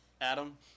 Adam